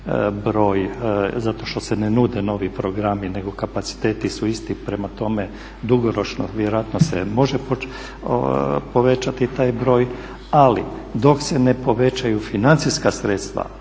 broj zato što se ne nude novi programi nego kapaciteti su isti prema tome dugoročno vjerojatno može se povećati taj broj. Ali dok se ne povećaju financijska sredstva